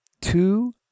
Two